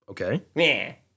Okay